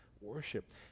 worship